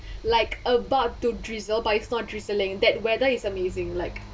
like about to drizzle but it's not drizzling that weather is amazing like